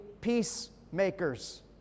peacemakers